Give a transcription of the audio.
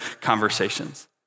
conversations